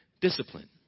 discipline